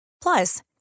Plus